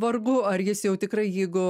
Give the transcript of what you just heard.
vargu ar jis jau tikrai jeigu